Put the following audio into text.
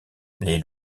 les